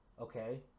okay